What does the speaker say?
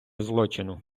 злочину